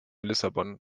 lissabon